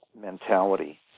mentality